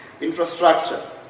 Infrastructure